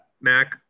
Mac